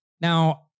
Now